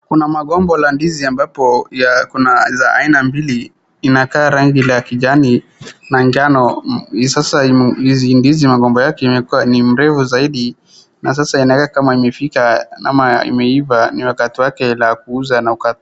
Kuna magomba ya ndizi ambapo ya kuna za aina mbili inaka rangi la kijani na njano. Sasa hizi ndizi magomba yake imekua ni mrefu zaidi na sasa inakaa kama imefika ama imeiva. Ni wakati wake la kuuza na kukatwa.